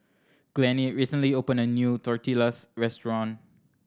Glennie recently opened a new Tortillas Restaurant